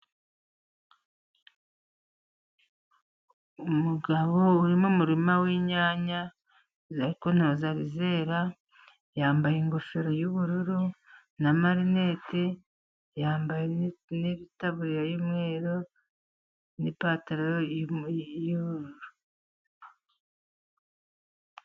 Umugabo uri mu murima w'inyanya, ariko ntabwo zari zera, yambaye ingofero y'ubururu n'amarinete, yambaye n'itaburiya y'umweru n'ipantaro y'ubururu.